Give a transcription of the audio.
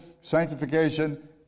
sanctification